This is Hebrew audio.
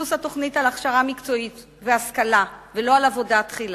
ביסוס התוכנית על הכשרה מקצועית והשכלה ולא על עבודה תחילה,